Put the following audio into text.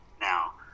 Now